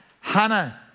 Hannah